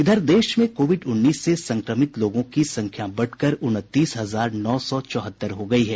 इधर देश में कोविड उन्नीस से संक्रमित लोगों की संख्या बढ़कर उनतीस हजार नौ सौ चौहत्तर हो गई है